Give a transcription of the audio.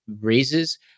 raises